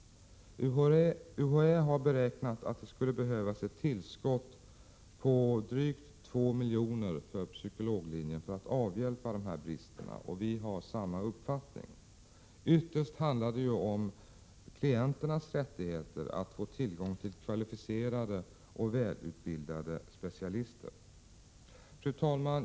UHÄ har beräknat att det skulle behövas ett tillskott på drygt 2 milj.kr. för psykologlinjen. Vi har samma uppfattning. Ytterst handlar detta om klienternas rättigheter att få tillgång till kvalificerade och välutbildade specialister. Fru talman!